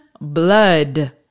blood